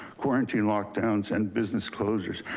quarantine, lockdowns, and business closures.